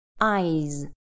eyes